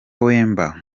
wemba